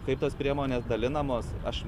kaip tos priemonės dalinamos aš